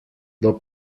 del